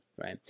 right